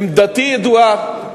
עמדתי ידועה.